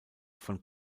vom